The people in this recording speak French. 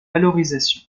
valorisation